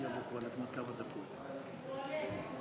הוא עולה.